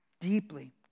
Deeply